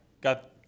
got